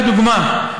לדוגמה,